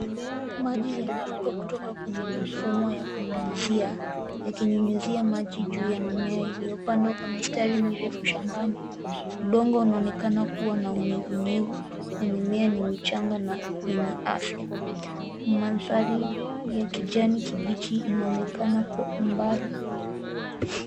Maji yanaruka kutoka kwenye mifumo ya kunyunyuzia, yakinyunyuzia maji juu ya mimea iliyopandwa kwa mistari mirefu shambani. Udongo unaonekana kuwa na unyevunyevu, na mimea ni michanga na yenye afya. Mandhari ya kijani kibichi inaonekana kwa umbali.